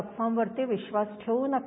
अफवांवरती विश्वास ठेवू नका